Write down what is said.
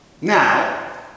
Now